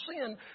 sin